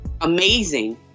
amazing